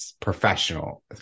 professional